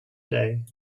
day